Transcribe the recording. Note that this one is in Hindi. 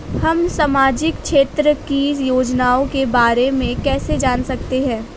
हम सामाजिक क्षेत्र की योजनाओं के बारे में कैसे जान सकते हैं?